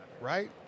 right